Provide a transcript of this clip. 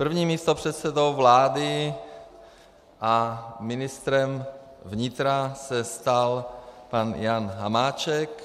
Prvním místopředsedou vlády a ministrem vnitra se stal pan Jan Hamáček.